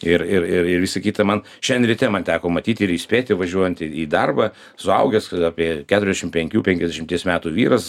ir ir ir ir visa kita man šian ryte man teko matyt ir įspėti važiuojant į darbą suaugęs apie keturiasdešim penkių penkiasdešimties metų vyras